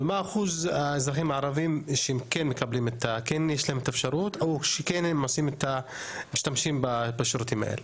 ומה אחוז האזרחים הערביים שיש להם את האפשרות ושמשתמשים בשירותים האלה?